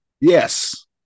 Yes